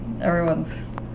everyone's